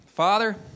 Father